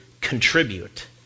contribute